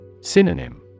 Synonym